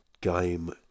game